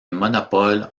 monopoles